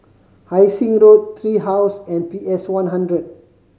Hai Sing Road Tree House and P S One hundred